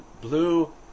blue